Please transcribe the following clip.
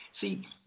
See